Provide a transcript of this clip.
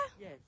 Yes